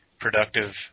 productive